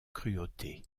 cruauté